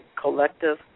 collective